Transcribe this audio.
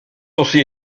aussi